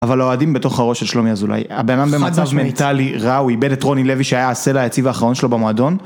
אבל האוהדים בתוך הראש של שלומי אזולאי, הבנאדם במצב מנטלי רע, הוא איבד את רוני לוי שהיה הסלע היציב האחרון שלו במועדון.